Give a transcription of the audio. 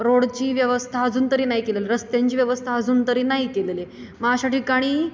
रोडची व्यवस्था अजून तरी नाही केलेली रस्त्यांची व्यवस्था अजून तरी नाही केलेली आहे मग अशा ठिकाणी